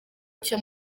cyo